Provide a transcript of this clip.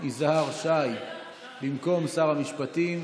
יזהר שי במקום שר המשפטים.